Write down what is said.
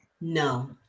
No